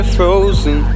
frozen